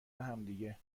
همدیگه